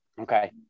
Okay